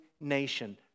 nation